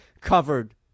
covered